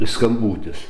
i skambutis